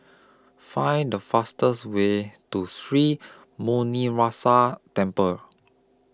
Find The fastest Way to Sri Muneeswaran Temple